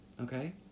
Okay